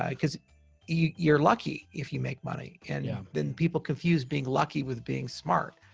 because you're lucky if you make money, and yeah then people confuse being lucky with being smart.